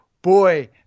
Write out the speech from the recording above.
Boy